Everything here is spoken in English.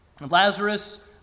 Lazarus